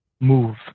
move